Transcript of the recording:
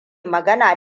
magana